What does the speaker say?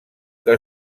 que